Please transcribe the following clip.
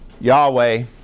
Yahweh